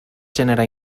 gènere